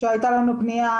שהיתה לנו פנייה,